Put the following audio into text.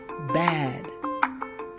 Bad